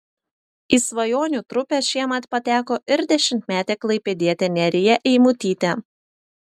į svajonių trupę šiemet pateko ir dešimtmetė klaipėdietė nerija eimutytė